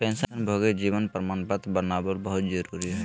पेंशनभोगी जीवन प्रमाण पत्र बनाबल बहुत जरुरी हइ